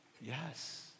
Yes